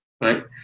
right